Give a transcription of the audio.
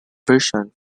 version